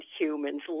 humans